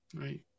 Right